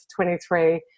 23